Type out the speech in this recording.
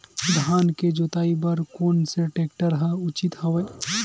धान के जोताई बर कोन से टेक्टर ह उचित हवय?